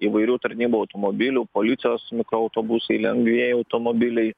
įvairių tarnybų automobilių policijos mikroautobusai lengvieji automobiliai